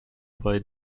bei